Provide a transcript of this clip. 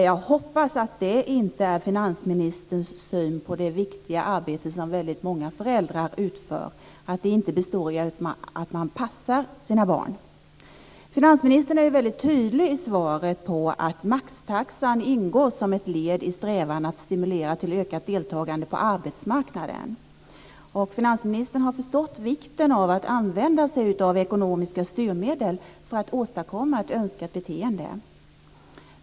Jag hoppas att det inte är finansministerns syn på det viktiga arbete som väldigt många föräldrar utför, att det inte består i att man passar sina barn. Finansministern är ju väldigt tydlig i svaret när det gäller att maxtaxan ingår som ett led i strävan att stimulera till ökat deltagande på arbetsmarknaden. Finansministern har förstått vikten av att använda sig av ekonomiska styrmedel för att åstadkomma ett önskat beteende.